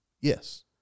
Yes